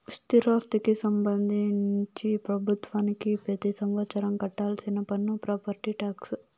స్థిరాస్తికి సంబంధించి ప్రభుత్వానికి పెతి సంవత్సరం కట్టాల్సిన పన్ను ప్రాపర్టీ టాక్స్